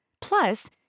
Plus